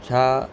छा